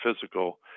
physical